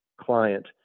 client